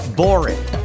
boring